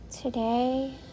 Today